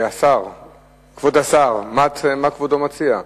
כבוד השר, מה כבודו מציע?